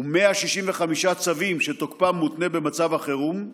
ו-165 צווים שתוקפם מותנה במצב החירום,